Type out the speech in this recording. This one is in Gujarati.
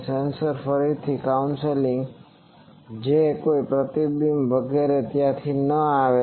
આ સેન્સર્સ ફરીથી કાઉન્સિલ છે જેથી કોઈ પ્રતિબિંબ વગેરે ત્યાંથી ન આવે